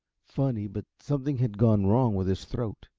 funny, but something had gone wrong with his throat.